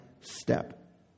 step